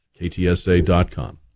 KTSA.com